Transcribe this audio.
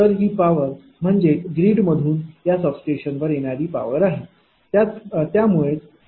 तर ही पावर म्हणजेच ग्रीडमधून या सबस्टेशनवर येणारी पावर आहे